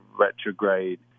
retrograde